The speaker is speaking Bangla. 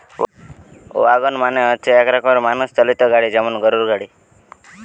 ওয়াগন মানে হচ্ছে এক রকমের মানুষ চালিত গাড়ি যেমন গরুর গাড়ি